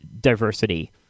diversity